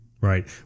Right